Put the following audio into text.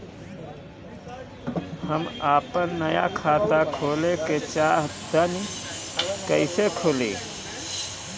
हम आपन नया खाता खोले के चाह तानि कइसे खुलि?